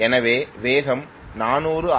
எனவே வேகம் 400 ஆர்